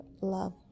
love